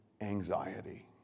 anxiety